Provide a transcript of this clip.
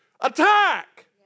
Attack